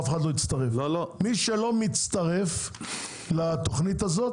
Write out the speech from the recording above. אף אחד לא הצטרף": מי שלא נותן קרקע ולא מצטרף לתכנית הזו,